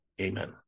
Amen